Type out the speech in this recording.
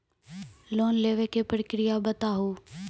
Loan लेवे के प्रक्रिया बताहू?